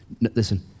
listen